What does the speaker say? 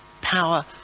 power